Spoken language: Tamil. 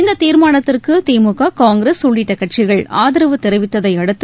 இந்த தீர்மானத்திற்கு திமுக காங்கிரஸ் உள்ளிட்ட கட்சிகள் ஆதரவு தெரிவித்ததையடுத்து